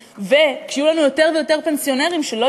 וכשיהיו לנו יותר ויותר פנסיונרים שלא